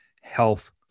health